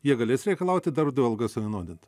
jie galės reikalauti darbdavio algas suvienodinti